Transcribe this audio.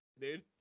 dude